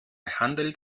handelt